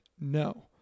No